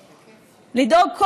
לדאוג,